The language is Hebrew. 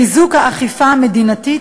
1. חיזוק האכיפה המדינתית: